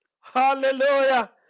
Hallelujah